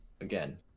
Again